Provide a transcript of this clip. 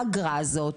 האגרה הזאת,